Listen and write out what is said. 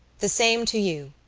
the same to you,